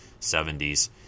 70s